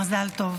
מזל טוב.